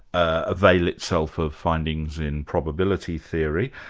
avail itself of findings in probability theory,